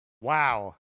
Wow